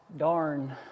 Darn